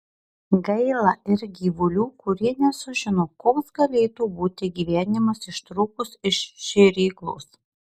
gaila ir gyvulių kurie nesužino koks galėtų būti gyvenimas ištrūkus iš šėryklos